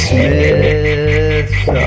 Smith